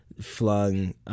flung